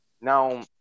Now